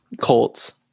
Colts